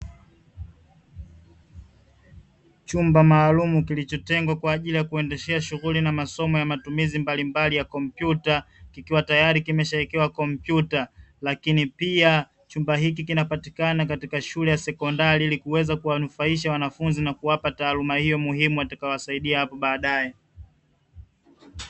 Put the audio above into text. Chumba maalum kilichotengwa kwa ajili ya kuendeshea shughuli na masomo ya matumizi mbalimbali ya kompyuta ikiwa tayari kimeshaekewa kompyuta, lakini pia chumba hiki kinapatikana katika shule ya sekondari ili kuweza kuwanufaisha wanafunzi na kuwapa taaluma hiyo muhimu watakaowasaidia hapo baadaye.